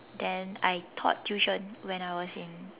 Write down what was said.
then I taught tuition when I was in